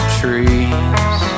trees